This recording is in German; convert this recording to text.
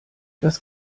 das